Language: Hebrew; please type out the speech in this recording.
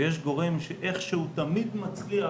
ויש גורם שאיכשהו תמיד מצליח